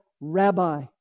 rabbi